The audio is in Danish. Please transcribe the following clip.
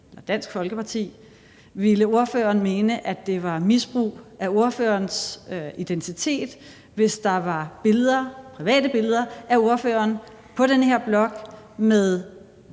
Dansk Folkeparti«? Ville ordføreren mene, at det var misbrug af ordførerens identitet, hvis der var private billeder af ordføreren på den her blog med